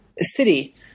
city